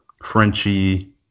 Frenchie